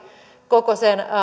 koko sen